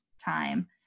time